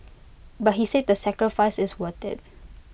but he said the sacrifice is worth IT